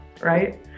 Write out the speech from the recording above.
right